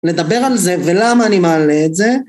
לדבר על זה ולמה אני מעלה את זה